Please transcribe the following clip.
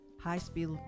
High-Speed